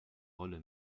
rolle